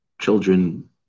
children